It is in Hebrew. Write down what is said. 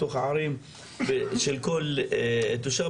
בתוך הערים של כל תושב,